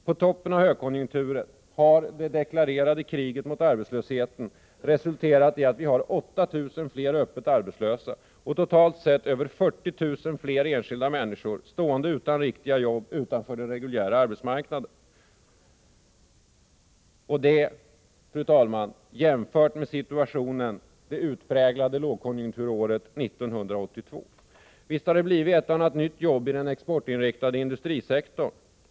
På toppen av högkonjunkturen har det deklarerade kriget mot arbetslösheten resulterat i att vi har 8 000 fler öppet arbetslösa och totalt sett över 40 000 fler enskilda människor stående utan riktiga jobb utanför den reguljära arbetsmarknaden — jämfört, fru talman, med situationen det utpräglade lågkonjunkturåret 1982. Visst har det blivit ett och annat nytt jobb i den exportinriktade industrisektorn.